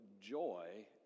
joy